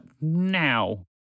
now